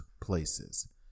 places